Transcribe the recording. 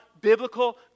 biblical